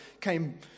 came